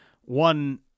One